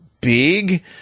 big